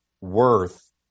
worth